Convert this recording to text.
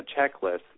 checklist